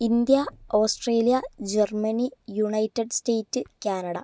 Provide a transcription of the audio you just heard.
India Australia Germany united state Canada